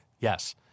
Yes